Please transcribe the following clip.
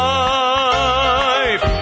life